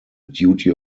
duty